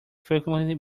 frequently